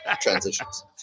transitions